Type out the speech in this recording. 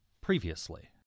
previously